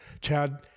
Chad